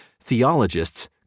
theologists